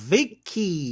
Vicky